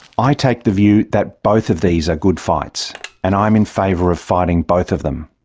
i take the view that both of these are good fights and i'm in favour of fighting both of them.